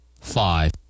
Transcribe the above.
five